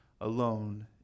alone